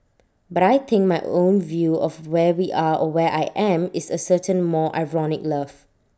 but I think my own view of where we are or where I am is A certain more ironic love